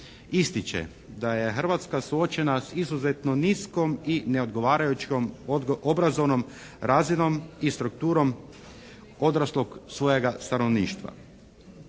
ističe da je Hrvatska suočena s izuzetno niskom i neodgovarajućom obrazovnom razinom i strukturom odraslog svojeg stanovništva.